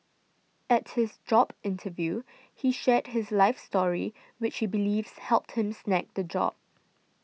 at his job interview he shared his life story which he believes helped him snag the job